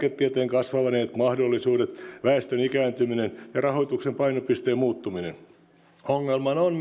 kasvaneet mahdollisuudet väestön ikääntyminen ja rahoituksen painopisteen muuttuminen ongelmana on